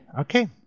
Okay